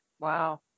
Wow